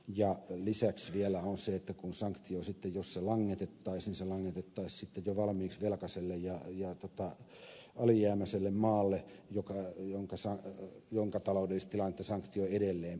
lisäksi on vielä se että jos sanktio sitten langetettaisiin se langetettaisiin jo valmiiksi velkaiselle ja alijäämäiselle maalle jonka taloudellista tilannetta sanktio edelleen pahentaisi